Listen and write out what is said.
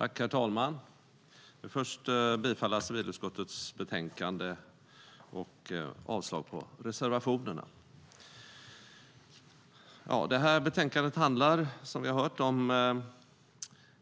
Herr talman! Jag vill först yrka bifall till förslaget till beslut i civilutskottets betänkande och avslag på reservationerna. Det här betänkandet handlar, som vi har hört, om